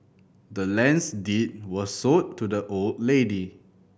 the land's deed was sold to the old lady